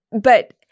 But-